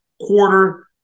quarter